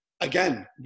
Again